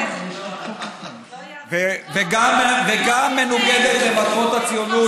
וגם מנוגדת למטרות הציונות.